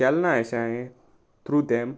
केलना अशें हांवें through them